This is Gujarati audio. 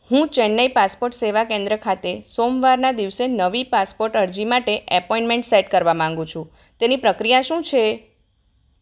હું ચેન્નઈ પાસપોર્ટ સેવા કેન્દ્ર ખાતે સોમવારના દિવસે નવી પાસપોર્ટ અરજી માટે એપોઇન્મેન્ટ સેટ કરવા માંગુ છું તેની પ્રક્રિયા શું છે